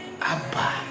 Abba